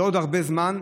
לא עוד הרבה זמן,